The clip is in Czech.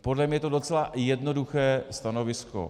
Podle mě je to docela jednoduché stanovisko.